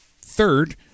third